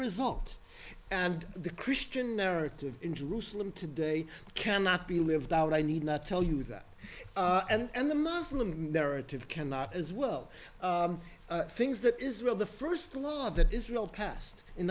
result and the christian narrative in jerusalem today cannot be lived out i need not tell you that and the muslim narrative cannot as well things that israel the first law that israel passed in